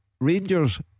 Rangers